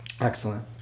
Excellent